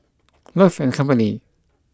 Love and Company